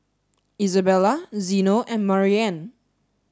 Isabella Zeno and Marianne